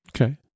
Okay